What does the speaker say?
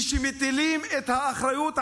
מטילים את האחריות עלינו,